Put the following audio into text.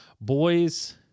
boys